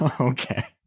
okay